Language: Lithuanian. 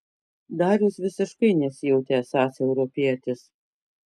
darius visiškai nesijautė esąs europietis